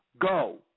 Go